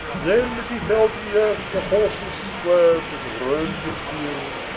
then as he fell to the earth the horses swerved, and roamed the field.